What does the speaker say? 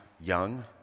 young